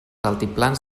altiplans